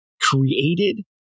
created